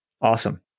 Awesome